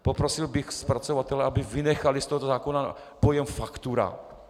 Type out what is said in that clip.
Poprosil bych zpracovatele, aby vynechali z tohoto zákona pojem faktura.